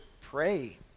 pray